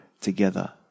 together